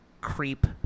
Creep